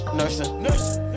nursing